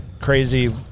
crazy